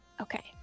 Okay